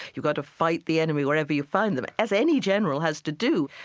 you've got to fight the enemy wherever you find them as any general has to do.